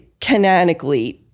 canonically